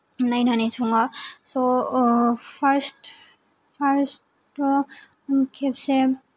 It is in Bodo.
नायनानै सङो स' फोर्स्त फोर्स्त थ' खेबसे